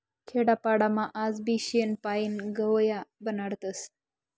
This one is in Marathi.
खेडापाडामा आजबी शेण पायीन गव या बनाडतस